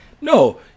No